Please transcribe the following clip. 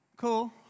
Cool